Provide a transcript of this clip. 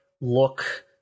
look